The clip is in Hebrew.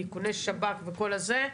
ואיכוני שב"כ וכל הזה,